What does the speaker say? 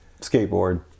skateboard